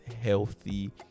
healthy